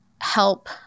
help